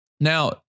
Now